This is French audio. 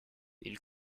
ils